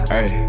Hey